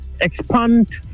expand